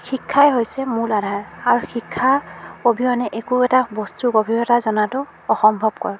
শিক্ষাই হৈছে মূল আধাৰ আৰু শিক্ষা অবিহনে একো এটা বস্তুৰ গভীৰতা জনাটো অসম্ভৱকৰ